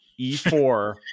E4